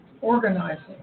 organizing